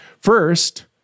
First